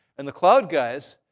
and the cloud guys,